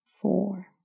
four